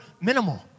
minimal